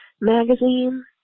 magazine